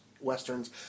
Westerns